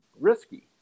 risky